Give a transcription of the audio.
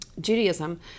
Judaism